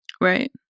Right